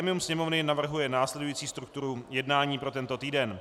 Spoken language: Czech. Grémium Sněmovny navrhuje následující strukturu jednání pro tento týden: